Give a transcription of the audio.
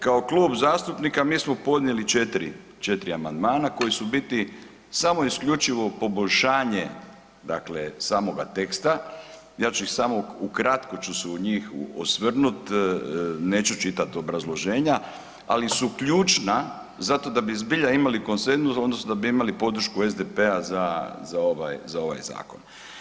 Kao klub zastupnika mi smo podnijeli četiri, četiri amandmana koji su u biti samo isključivo poboljšanje dakle samoga teksta, ja ću ih samo ukratko ću se u njih osvrnuti neću čitati obrazloženja, ali su ključna zato da bi zbilja imali konsenzus odnosno da bi imali podršku SDP-a za ovaj, za ovaj zakon.